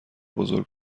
بزرگ